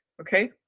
Okay